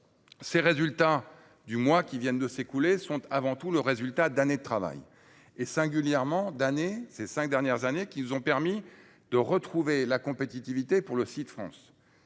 ces résultats du mois qui vient de s'écouler sont avant tout le résultat d'années de travail. Ce sont singulièrement les cinq dernières années qui nous ont permis de retrouver la compétitivité pour le site France.